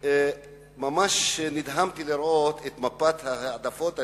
ממש נדהמתי לראות את מפת ההעדפות הלאומיות,